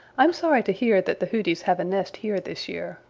i'm sorry to hear that the hooties have a nest here this year.